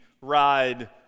ride